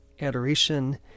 adoration